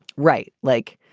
right. like